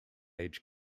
age